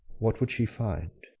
what would she find?